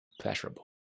pleasurable